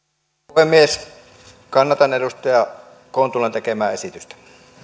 puhemies kannatan edustaja kontulan tekemää esitystä